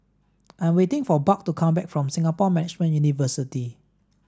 I'm waiting for Buck to come back from Singapore Management University